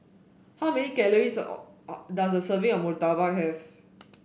how many calories or does a serving of Murtabak have